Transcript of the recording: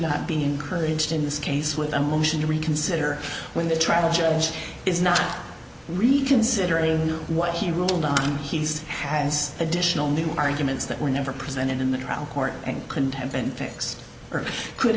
not be encouraged in this case with a motion to reconsider when the trial judge is not reconsidering what he ruled on he's has additional new arguments that were never presented in the trial court and couldn't have been fixed earth could